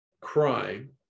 crime